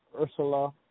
Ursula